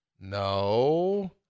No